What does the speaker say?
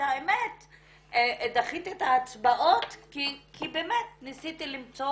והאמת היא שדחיתי את ההצבעות כי ניסיתי למצוא,